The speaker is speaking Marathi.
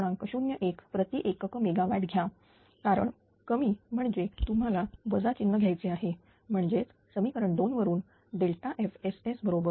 01 प्रति एक क मेगा वॅट घ्या कारण कमी म्हणजे तुम्हाला वजा चिन्ह घ्यायचे आहे म्हणजेच समीकरण 2 वरून FSS PLD1R 0